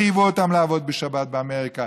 חייבו אותם לעבוד בשבת באמריקה.